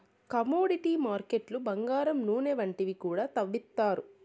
commodity మార్కెట్లు బంగారం నూనె వంటివి కూడా తవ్విత్తారు